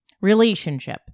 Relationship